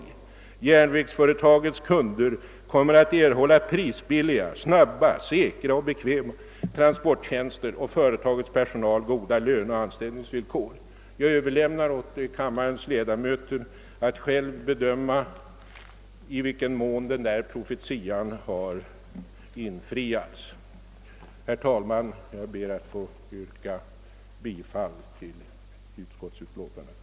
Järnvägsföretagets kunder kommer att erhålla prisbilliga, snabba, säkra och bekväma transporttjänster och företagets personal goda löneoch anställningsvillkor.» Jag. överlämnar åt kammarens leda möter att själva bedöma i vilken mån denna profetia har infriats. Herr talman! Jag ber att få yrka bifall till utskottets hemställan.